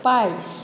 पायस